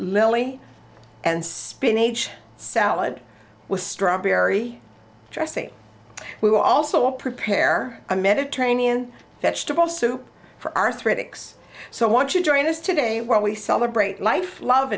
lily and spin age salad with strawberry dressing we will also prepare a mediterranean vegetable soup for arthritics so once you join us today when we celebrate life love